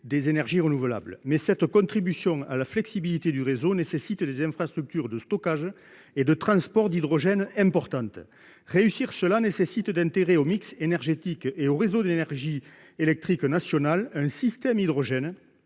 des énergies renouvelables. Toutefois, cette contribution à la flexibilité du réseau nécessite des infrastructures de stockage et de transport d'hydrogène importantes. Pour y parvenir, il est indispensable d'intégrer au mix énergétique et au réseau d'énergie électrique national un système hydrogène